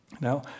Now